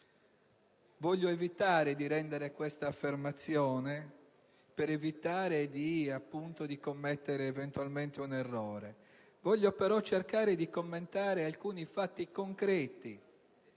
Voglio evitare di rendere questa affermazione per evitare di commettere eventualmente un errore. Voglio però cercare di commentare alcuni fatti concreti